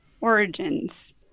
origins